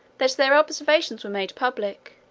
that their observations were made public,